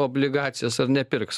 obligacijas ar nepirks